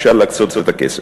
אפשר להקצות את הכסף.